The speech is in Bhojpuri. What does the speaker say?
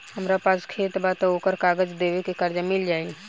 हमरा पास खेत बा त ओकर कागज दे के कर्जा मिल जाई?